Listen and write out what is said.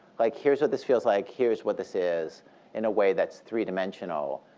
like here's what this feels like, here's what this is in a way that's three dimensional,